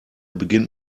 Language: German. beginnt